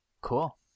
Cool